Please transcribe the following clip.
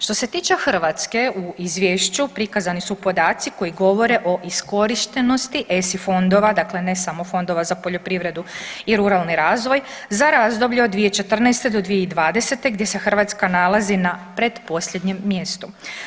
Što se tiče Hrvatske u izvješću prikazani su podaci koji govore o iskorištenosti ESI fondova, dakle ne samo fondova za poljoprivredu i ruralni razvoj za razdoblje od 2014. do 2020. gdje se Hrvatska nalazi na pretposljednjem mjestu.